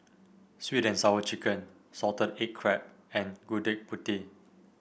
sweet and Sour Chicken Salted Egg Crab and Gudeg Putih